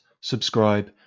subscribe